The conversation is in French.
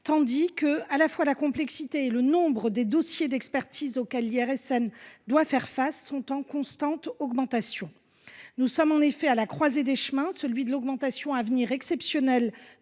tandis que la complexité et le nombre des dossiers d’expertise auxquels l’IRSN doit faire face sont en constante augmentation. Nous sommes à la croisée des chemins, entre l’augmentation à venir exceptionnelle